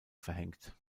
verhängt